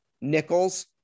nickels